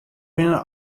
binne